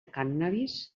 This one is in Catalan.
cànnabis